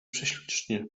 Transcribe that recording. prześlicznie